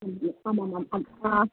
आमामां हा